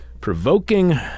provoking